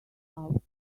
out